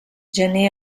gener